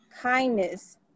kindness